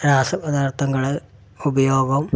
രാസ പദാർത്ഥങ്ങൾ ഉപയോഗം